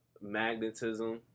magnetism